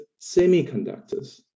semiconductors